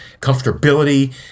comfortability